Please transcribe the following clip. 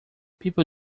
people